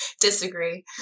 Disagree